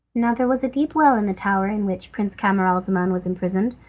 now there was a deep well in the tower in which prince camaralzaman was imprisoned,